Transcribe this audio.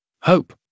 hope